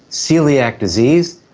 coeliac disease,